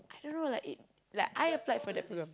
I don't know like it like I applied for that programme